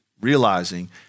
realizing